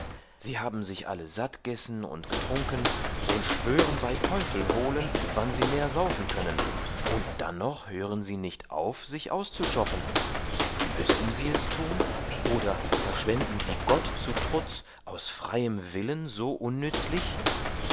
sie haben sich alle satt gessen und getrunken und schwören bei teufel holen wann sie mehr saufen können und dannoch hören sie nicht auf sich auszuschoppen müssen sie es tun oder verschwenden sie gott zu trutz aus freiem willen so unnützlich